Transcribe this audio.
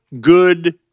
good